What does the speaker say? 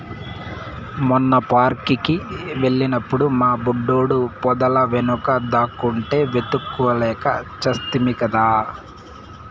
మొన్న పార్క్ కి వెళ్ళినప్పుడు మా బుడ్డోడు పొదల వెనుక దాక్కుంటే వెతుక్కోలేక చస్తిమి కదా